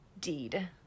deed